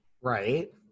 Right